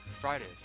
Fridays